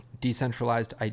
decentralized